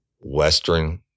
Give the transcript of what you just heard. western